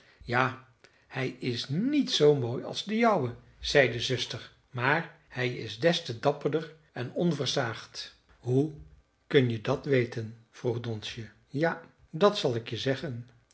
ja hij is niet zoo mooi als de jouwe zei de zuster maar hij is des te dapperder en onversaagd hoe kun je dat weten vroeg donsje ja dat zal ik je zeggen